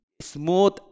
smooth